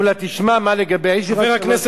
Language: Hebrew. מולה, תשמע מה לגבי, יש לי רק שלוש דקות.